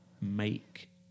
make